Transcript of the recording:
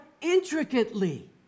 intricately